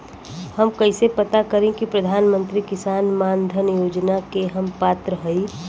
हम कइसे पता करी कि प्रधान मंत्री किसान मानधन योजना के हम पात्र हई?